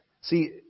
See